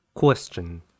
Question